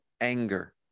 anger